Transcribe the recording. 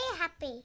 happy